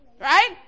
Right